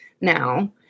now